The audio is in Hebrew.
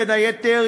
בין היתר,